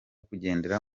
kugendera